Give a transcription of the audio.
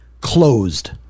closed